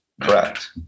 Correct